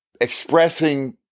expressing